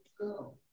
go